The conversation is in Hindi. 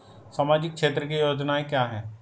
सामाजिक क्षेत्र की योजनाएं क्या हैं?